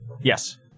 Yes